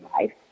life